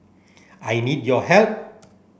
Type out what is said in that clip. I need your help